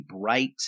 bright